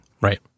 right